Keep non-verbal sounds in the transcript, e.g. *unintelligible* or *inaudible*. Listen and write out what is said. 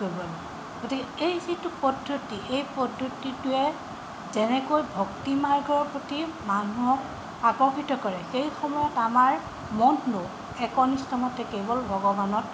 *unintelligible* গতিকে এই যিটো পদ্ধতি এই পদ্ধতিটোৱে যেনেকৈ ভক্তি মাৰ্গৰ প্ৰতি মানুহক আকৰ্ষিত কৰে সেই সময়ত আমাৰ মনো একনিষ্ঠমতে কেৱল ভগৱানত